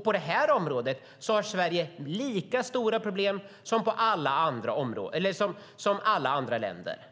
På detta område har Sverige lika stora problem som alla andra länder.